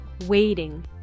Waiting